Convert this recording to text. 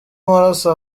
amaraso